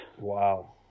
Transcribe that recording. Wow